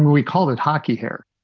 we call it hockey here